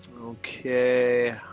Okay